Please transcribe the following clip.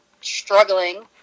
struggling